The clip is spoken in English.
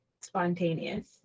spontaneous